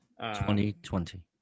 2020